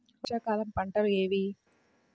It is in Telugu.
వర్షాకాలం పంటలు ఏవి?